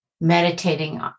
meditating